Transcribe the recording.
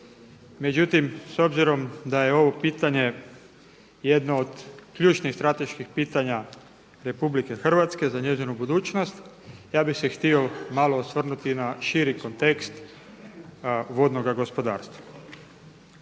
Međutim, s obzirom da je ovo pitanje jedno od ključnih i strateških pitanja RH za njezinu budućnost ja bih se htio malo osvrnuti na širi kontekst vodnoga gospodarstva.